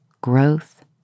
growth